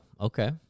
okay